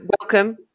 welcome